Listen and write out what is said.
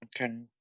okay